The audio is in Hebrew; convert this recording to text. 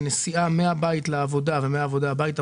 שנסיעה מן הבית לעבודה ומן העבודה הביתה